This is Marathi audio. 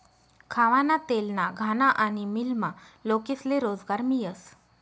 खावाना तेलना घाना आनी मीलमा लोकेस्ले रोजगार मियस